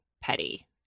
petty